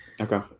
Okay